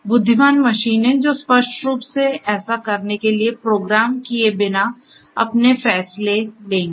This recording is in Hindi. बुद्धिमान मशीनें जो स्पष्ट रूप से ऐसा करने के लिए प्रोग्राम किए बिना अपने फैसले लेगी